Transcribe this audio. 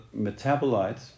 metabolites